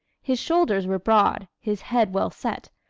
his shoulders were broad, his head well set,